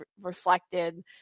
reflected